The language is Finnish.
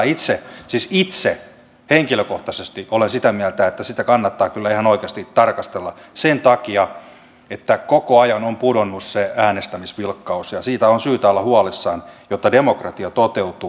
itse siis itse henkilökohtaisesti olen sitä mieltä että sitä kannattaa kyllä ihan oikeasti tarkastella sen takia että koko ajan on pudonnut se äänestämisvilkkaus ja siitä on syytä olla huolissaan jotta demokratia toteutuu